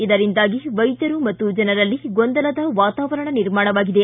ಇದರಿಂದಾಗಿ ವೈದ್ಯರು ಮತ್ತು ಜನರಲ್ಲಿ ಗೊಂದಲದ ವಾತಾವರಣ ನಿರ್ಮಾಣವಾಗಿದೆ